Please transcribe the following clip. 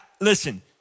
listen